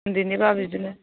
ओन्दैनिबा बिदिनो